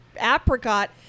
apricot